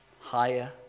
higher